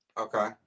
Okay